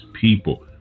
people